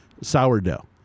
Sourdough